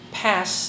pass